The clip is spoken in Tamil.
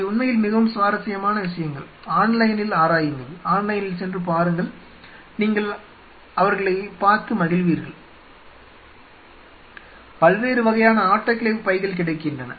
அவை உண்மையில் மிகவும் சுவாரஸ்யமான விஷயங்கள் ஆன்லைனில் ஆராயுங்கள் ஆன்லைனில் சென்று பாருங்கள் நீங்கள் அவற்றைப் பார்த்து மகிழ்வீர்கள் பல்வேறு வகையான ஆட்டோகிளேவ் பைகள் கிடைக்கின்றன